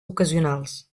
ocasionals